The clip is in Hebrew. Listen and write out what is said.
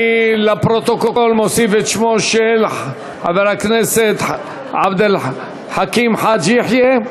אני לפרוטוקול מוסיף את שמו של חבר הכנסת עבד אל חכים חאג' יחיא,